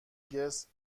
گیتس